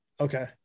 Okay